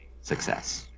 success